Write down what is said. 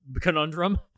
conundrum